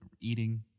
eating